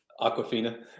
Aquafina